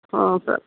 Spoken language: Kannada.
ಹ್ಞೂ ಸರ್